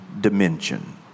Dimension